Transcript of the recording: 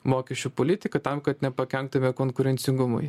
mokesčių politiką tam kad nepakenktume konkurencingumui